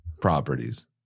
properties